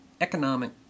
economic